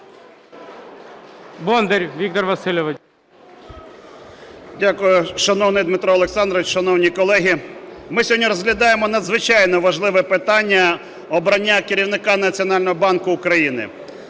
Дякую. Шановний Дмитро Олександрович, шановні колеги! Ми сьогодні розглядаємо надзвичайно важливе питання – обрання керівника Національного банку України.